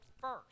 first